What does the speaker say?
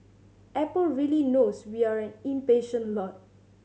Apple really knows we are an impatient lot